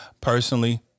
Personally